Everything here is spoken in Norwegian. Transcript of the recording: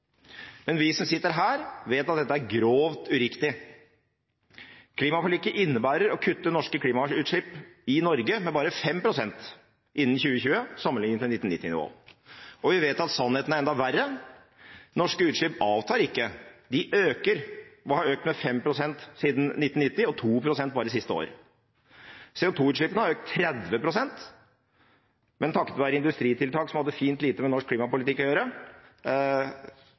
Men vi som sitter her, vet at dette er grovt uriktig. Klimaforliket innebærer å kutte i norske klimautslipp i Norge med bare 5 pst. innen 2020, sammenlignet med 1990-nivået. Vi vet at sannheten er enda verre. Norske utslipp avtar ikke – de øker. De har økt med 5 pst. siden 1990 og 2 pst. bare de siste år. CO2-utslippene har økt med 30 pst., men takket være industritiltak som hadde fint lite med norsk klimapolitikk å gjøre,